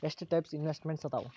ಎಷ್ಟ types investments ಅದಾವ